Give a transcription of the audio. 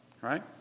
right